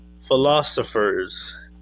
philosophers